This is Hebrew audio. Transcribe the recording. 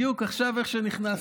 בדיוק עכשיו, איך שנכנסת.